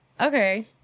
okay